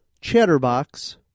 chatterbox